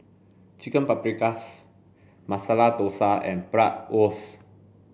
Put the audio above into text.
Chicken Paprikas Masala Dosa and Bratwurst